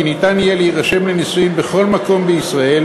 ניתן יהיה להירשם לנישואין בכל מקום בישראל,